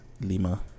Lima